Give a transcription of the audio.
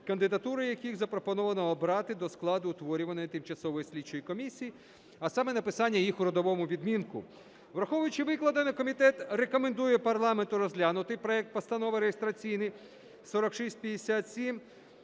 кандидатури яких запропоновано обрати до складу утворюваної Тимчасової слідчої комісії, а саме написання їх у родовому відмінку. Враховуючи викладене, комітет рекомендує парламенту розглянути проект Постанови (реєстраційний 4657)